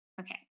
okay